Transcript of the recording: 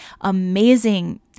amazing